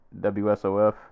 WSOF